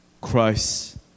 Christ